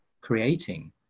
creating